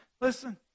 Listen